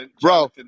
Bro